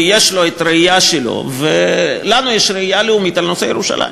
כי יש לו הראייה שלו ולנו יש ראייה לאומית על נושא ירושלים,